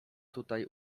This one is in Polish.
tutaj